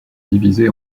divisée